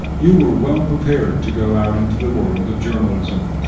you were well prepared to go out into the world of journalism.